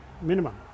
minimum